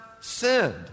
sinned